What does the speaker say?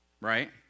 right